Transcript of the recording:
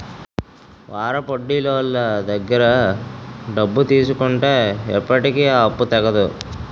వారాపొడ్డీలోళ్ళ దగ్గర డబ్బులు తీసుకుంటే ఎప్పటికీ ఆ అప్పు తెగదు